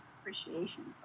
appreciation